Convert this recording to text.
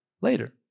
Later